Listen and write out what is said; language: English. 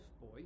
boy